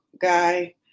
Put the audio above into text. guy